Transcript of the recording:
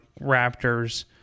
Raptors